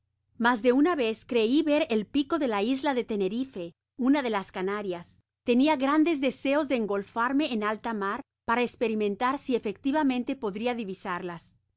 mas de una vez crei ver el pico de la isla de tenerife una de las canarias tenia grandes deseos de engolfarme en alta mar por esperimentar si efectivamente podria divisarlas